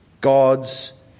God's